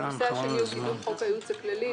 הנושא השני הוא קידום חוק הייעוץ הכללי,